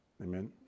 Amen